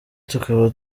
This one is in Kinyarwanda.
tukaba